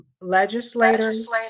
Legislators